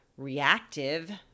reactive